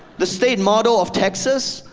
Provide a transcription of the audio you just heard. the state motto of texas.